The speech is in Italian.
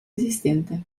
esistente